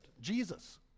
Jesus